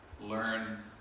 learn